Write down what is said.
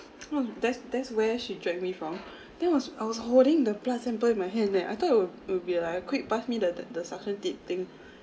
oh that's that's where she dragged me from then I was I was holding the blood sample in my hand then I thought it'll it'll be like a quick pass me the the the suction tip thing